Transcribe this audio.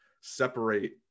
separate